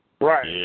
Right